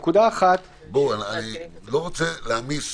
נקודה אחת --- אני לא רוצה להעמיס